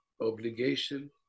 obligation